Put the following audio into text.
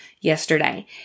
yesterday